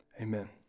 Amen